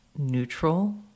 neutral